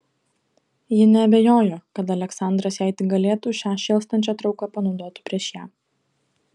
ji neabejojo kad aleksandras jei tik galėtų šią šėlstančią trauką panaudotų prieš ją